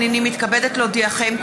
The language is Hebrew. הינני מתכבדת להודיעכם,